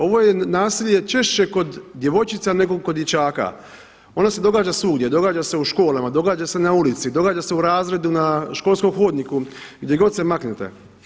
Ovo je nasilje češće kod djevojčica nego kod dječaka, ono se događa svugdje, događa se u školama, događa se na ulici, događa se u razredu na školskom hodniku, gdje god se maknete.